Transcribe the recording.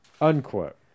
Unquote